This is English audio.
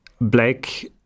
black